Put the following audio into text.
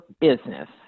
business